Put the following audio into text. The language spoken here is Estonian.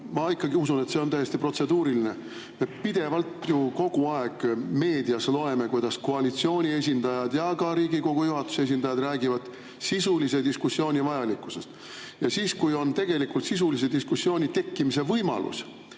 ma usun, et see on ikkagi täiesti protseduuriline. Me pidevalt, kogu aeg meediast loeme, kuidas koalitsiooni esindajad ja ka Riigikogu juhatuse esindajad räägivad sisulise diskussiooni vajalikkusest. Aga siis, kui on tegelikult sisulise diskussiooni tekkimise võimalus,